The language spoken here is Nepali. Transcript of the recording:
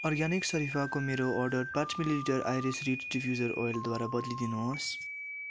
अर्ग्यानिक सरिफाको मेरो अर्डर पाँच मिलिलिटर आइरिस रिड डिफ्युजर ओइलद्वारा बद्लिदिनुहोस्